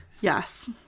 Yes